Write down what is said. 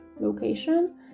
location